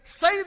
say